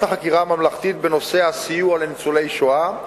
החקירה הממלכתית בנושא הסיוע לניצולי השואה,